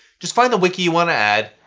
just find the wiki you want to add,